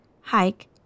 hike